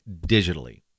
digitally